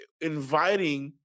inviting